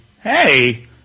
hey